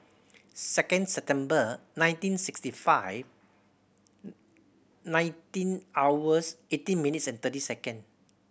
second September nineteen sixty five nineteen hours eighteen minutes and thirty second